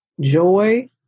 Joy